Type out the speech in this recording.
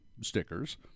stickers